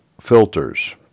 filters